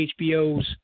HBO's